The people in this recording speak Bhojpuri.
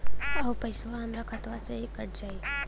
अउर पइसवा हमरा खतवे से ही कट जाई?